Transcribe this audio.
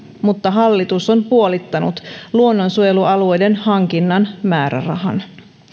mutta hallitus on puolittanut luonnonsuojelualueiden hankinnan määrärahan